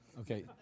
Okay